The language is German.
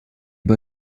bei